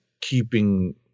keeping